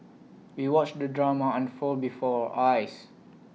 we watched the drama unfold before our eyes